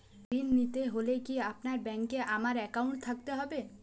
ঋণ নিতে হলে কি আপনার ব্যাংক এ আমার অ্যাকাউন্ট থাকতে হবে?